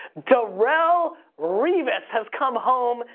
darrelle revis has come home.